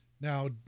Now